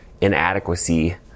inadequacy